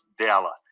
dela